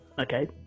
Okay